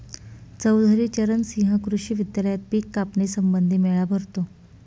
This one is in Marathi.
चौधरी चरण सिंह कृषी विद्यालयात पिक कापणी संबंधी मेळा भरतो